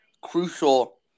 crucial